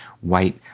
white